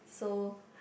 so